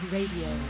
Radio